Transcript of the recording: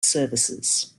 services